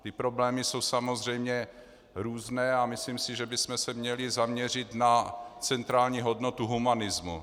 Ty problémy jsou samozřejmě různé a myslím si, že bychom se měli zaměřit na centrální hodnotu humanismu.